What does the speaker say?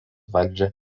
valdžią